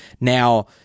Now